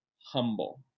humble